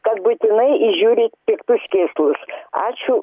kad būtinai įžiūrit piktus kėslus ačiū